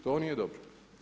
To nije dobro.